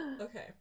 Okay